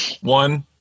One